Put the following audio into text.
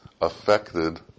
affected